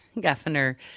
Governor